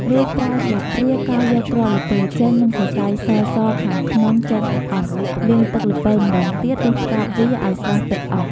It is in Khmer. រួច ប្រើស្លាបព្រាកោសយកគ្រាប់ល្ពៅចេញ និងសរសៃសៗខាងក្នុងចេញឲ្យអស់ លាងទឹកល្ពៅម្តងទៀត រួចផ្កាប់វាឲ្យស្រក់ទឹកអស់។